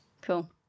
cool